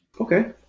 Okay